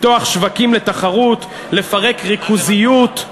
לפתוח שווקים לתחרות, לפרק ריכוזיות,